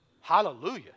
Hallelujah